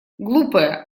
глупая